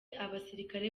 abasirikare